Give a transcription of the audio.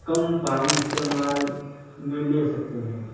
کم پانی استعمال میں لے سکتے ہیں